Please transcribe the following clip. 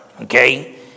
okay